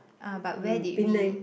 uh but where did we